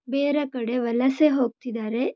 ಬೇರೆ ಕಡೆ ವಲಸೆ ಹೋಗ್ತಿದ್ದಾರೆ